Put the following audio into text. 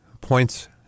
points